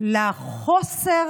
לחוסר